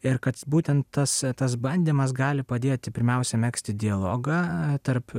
ir kad būtent tas tas bandymas gali padėti pirmiausia megzti dialogą tarp